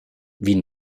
wie